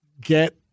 Get